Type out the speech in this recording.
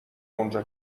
اونجا